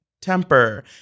temper